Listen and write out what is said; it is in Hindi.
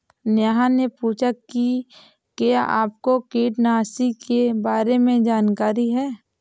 नेहा ने पूछा कि क्या आपको कीटनाशी के बारे में जानकारी है?